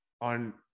on